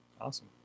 awesome